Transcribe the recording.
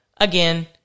again